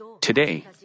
today